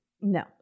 No